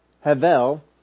Havel